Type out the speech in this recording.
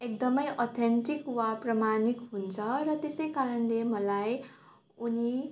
एकदमै अथ्यान्टिक वा प्रमाणित हुन्छ र त्यसै कारणले मलाई उनी